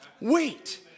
Wait